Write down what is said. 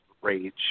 rage